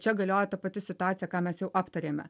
čia galioja ta pati situacija ką mes jau aptarėme